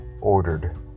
ordered